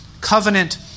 covenant